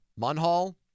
Munhall